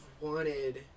wanted